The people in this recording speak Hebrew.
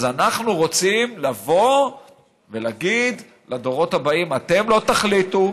אז אנחנו רוצים לבוא ולהגיד לדורות הבאים: אתם לא תחליטו,